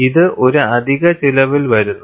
ഇത് ഒരു അധിക ചിലവിൽ വരുന്നു